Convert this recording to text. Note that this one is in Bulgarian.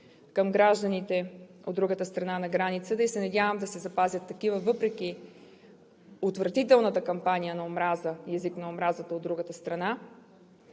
към гражданите от другата страна на границата и се надявам да се запазят такива, въпреки отвратителната кампания на омраза и езика на омразата от другата страна.